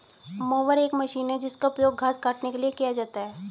mower एक machine है जिसका उपयोग घास काटने के लिए किया जाता है